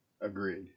Agreed